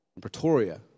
Pretoria